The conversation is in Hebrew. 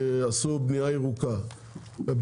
עשו בנייה ירוקה,